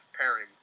pairing